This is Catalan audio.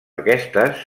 aquestes